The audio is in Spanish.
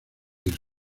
irse